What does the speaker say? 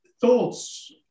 thoughts